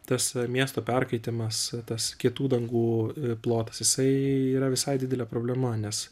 tas miesto perkaitimas tas kietų dangų plotas jisai yra visai didelė problema nes